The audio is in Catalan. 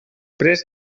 després